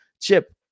Chip